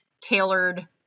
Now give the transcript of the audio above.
tailored